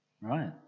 Right